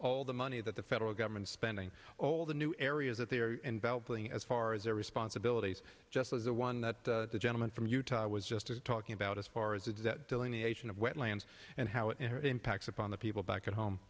all the money that the federal government spending all the new areas that they are going as far as their responsibilities just as the one that the gentleman from utah was just talking about as far as that delineation of wetlands and how it impacts upon the people back at home